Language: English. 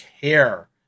care